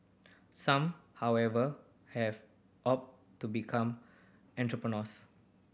some however have opt to become entrepreneurs